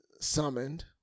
summoned